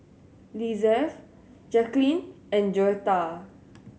Lizeth Jacklyn and Joetta